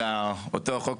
אלא אותו חוק